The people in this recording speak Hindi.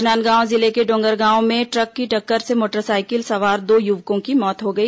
राजनांदगांव जिले के डोंगरगांव में ट्रक की टक्कर से मोटरसाइकिल सवार दो युवकों की मौत हो गई